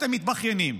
אתם מתבכיינים,